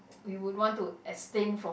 you would want to abstain from